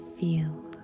feel